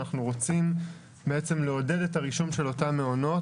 אנחנו רוצים לעודד את הרישום של אותם מעונות,